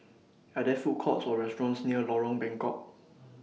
Are There Food Courts Or restaurants near Lorong Bengkok